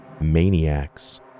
maniacs